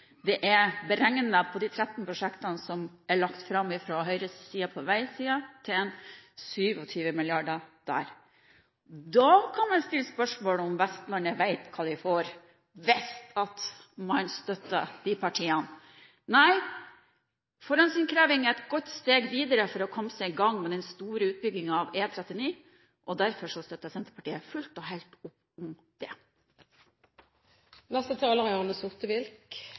På de 13 prosjektene som er lagt fram fra Høyre på veisiden, er det beregnet til 7 mrd. kr over 20 år. Man kan stille spørsmål om Vestlandet vet hva de får, hvis man støtter de partiene. Nei, forhåndsinnkreving er et godt steg videre for å komme i gang med den store utbyggingen av E39, og derfor støtter Senterpartiet fullt og helt opp om det. Jeg skjønner at representanter fra regjeringspartiene er